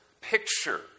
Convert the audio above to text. picture